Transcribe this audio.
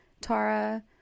Tara